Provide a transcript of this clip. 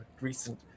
recent